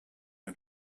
ein